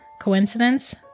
Coincidence